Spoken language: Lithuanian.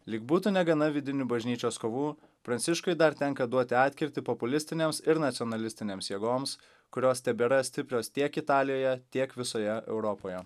lyg būtų negana vidinių bažnyčios kovų pranciškui dar tenka duoti atkirtį populistinėms ir nacionalistinėms jėgoms kurios tebėra stiprios tiek italijoje tiek visoje europoje